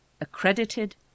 accredited